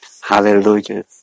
Hallelujah